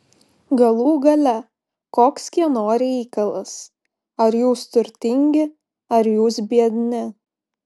galų gale koks kieno reikalas ar jūs turtingi ar jūs biedni